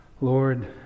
Lord